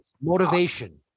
Motivation